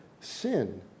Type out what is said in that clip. sin